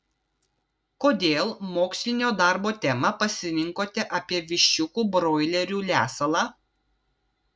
kodėl mokslinio darbo temą pasirinkote apie viščiukų broilerių lesalą